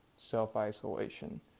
self-isolation